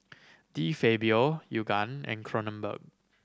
De Fabio Yoogane and Kronenbourg